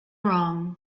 wrong